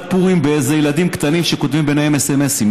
פורים של ילדים קטנים שכותבים ביניהם סמ"מסים.